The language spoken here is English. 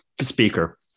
speaker